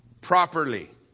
properly